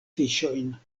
fiŝojn